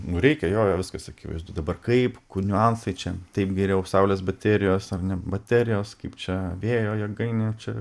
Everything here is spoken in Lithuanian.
nu reikia jo jo viskas akivaizdu dabar kaip kur niuansai čia taip geriau saulės baterijos ar ne baterijos kaip čia vėjo jėgainė čia